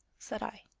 said i.